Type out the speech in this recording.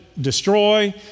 destroy